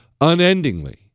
unendingly